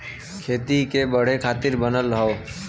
खेती के बढ़े खातिर बनल हौ